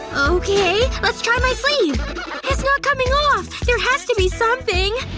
ooookay let's try my sleeve it's not coming off! there has to be something,